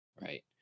right